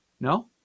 No